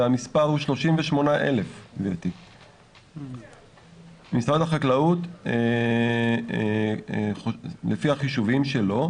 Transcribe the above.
והמספר הוא 38,000. משרד החקלאות לפי החישובים שלו,